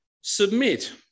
submit